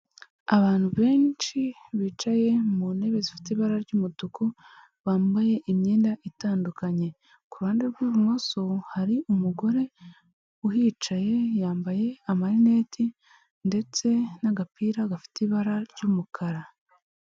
Abantu benshi bicaye mu ntebe zifite ibara ry'umutuku, bambaye imyenda itandukanye, ku ruhande rw'ibumoso hari umugore uhicaye yambaye amarineti, ndetse n'agapira gafite ibara ry'umukara.